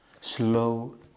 slow